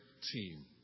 team